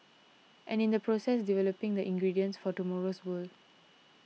and in the process developing the ingredients for tomorrow's world